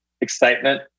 Excitement